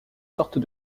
sortes